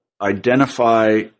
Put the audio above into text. identify